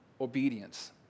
obedience